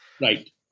Right